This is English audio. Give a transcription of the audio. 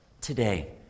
today